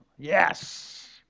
Yes